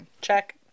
Check